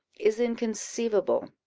is inconceivable.